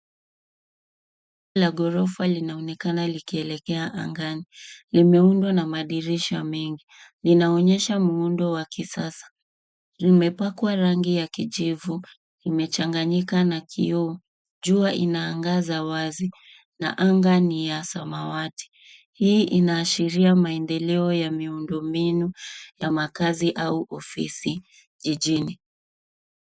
.. la ghorofa linaonekana likielekea angani. Limeundwa na madirisha mengi. Linaonyesha muundo wa kisasa. Limepakwa rangi ya kijivu, imechanganyika na kioo. Jua inaangaza wazi na anga ni ya samawati. Hii inaashiria maendeleo ya miundo mbinu ya makazi au ofisi jijini.